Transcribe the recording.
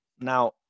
now